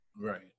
Right